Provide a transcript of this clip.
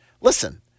listen